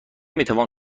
میتوان